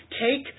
Take